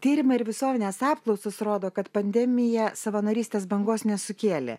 tyrimai ir visuomenės apklausos rodo kad pandemija savanorystės bangos nesukėlė